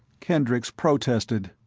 kendricks protested,